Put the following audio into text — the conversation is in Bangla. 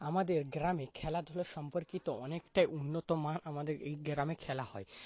আমাদের গ্রামে খেলাধুলো সম্পর্কিত অনেকটাই উন্নত মান আমাদের এই গ্রামে খেলা হয়